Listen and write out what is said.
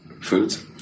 foods